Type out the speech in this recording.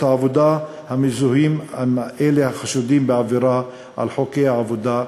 העבודה המזוהים עם אלה החשודים בעבירה על חוקי העבודה,